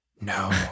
No